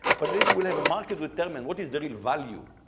but this will have a market determine what is the real value.